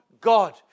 God